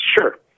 sure